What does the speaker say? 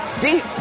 deep